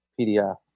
PDF